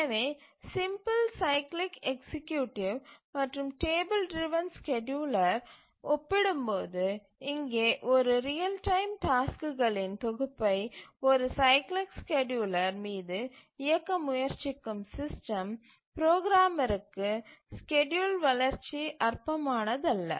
எனவே simple cyclic executive மற்றும் table driven scheduler ஒப்பிடும்போது இங்கே ஒரு ரியல் டைம் டாஸ்க்குகளின் தொகுப்பை ஒரு சைக்கிளிக் ஸ்கேட்யூலர் மீது இயக்க முயற்சிக்கும் சிஸ்டம் ப்ரோகிராமருக்கு ஸ்கேட்யூல் வளர்ச்சி அற்பமானது அல்ல